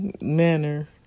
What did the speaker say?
manner